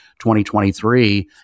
2023